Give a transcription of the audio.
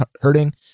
hurting